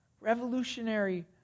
revolutionary